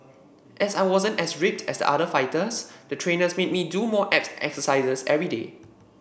as I wasn't as ripped as the other fighters the trainers made me do more abs exercises everyday